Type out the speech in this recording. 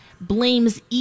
blames